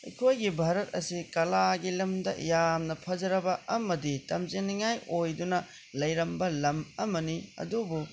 ꯑꯩꯈꯣꯏꯁꯤ ꯚꯥꯔꯠ ꯑꯁꯤ ꯀꯂꯥꯒꯤ ꯂꯝꯗ ꯌꯥꯝꯅ ꯐꯖꯔꯕ ꯑꯃꯗꯤ ꯇꯝꯖꯅꯤꯡꯉꯥꯏ ꯑꯣꯏꯗꯨꯅ ꯂꯩꯔꯝꯕ ꯂꯝ ꯑꯃꯅꯤ ꯑꯗꯨꯕꯨ